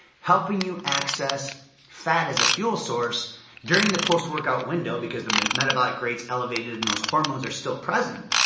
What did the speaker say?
helping you access fat as a fuel source during the post-workout window, because the metabolic rate's elevated, and those hormones are still present.